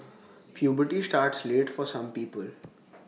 puberty starts late for some people